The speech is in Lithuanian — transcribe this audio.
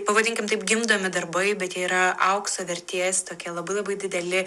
pavadinkim taip gimdomi darbai bet jie yra aukso vertės tokie labai labai dideli